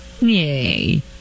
Yay